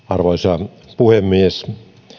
arvoisa puhemies